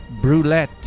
Brulette